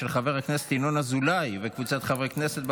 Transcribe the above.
של חבר הכנסת ינון אזולאי וקבוצת חברי הכנסת,